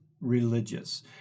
religious